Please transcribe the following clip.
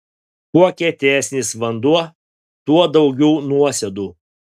kuo kietesnis vanduo tuo daugiau nuosėdų